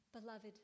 Beloved